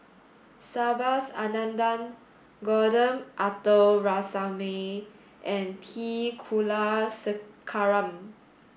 Subhas Anandan Gordon Arthur Ransome and T Kulasekaram